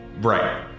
Right